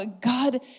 God